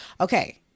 Okay